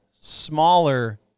smaller